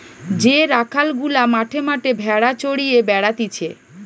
যে রাখাল গুলা মাঠে মাঠে ভেড়া চড়িয়ে বেড়াতিছে